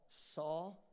saw